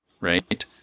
right